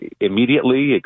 immediately